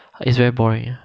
it's very boring ah